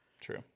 True